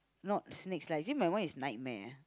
not snakes lah actually my one is nightmare ah